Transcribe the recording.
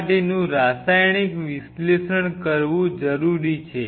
સપાટીનું રાસાયણિક વિશ્લેષણ કરવું જરુરી છે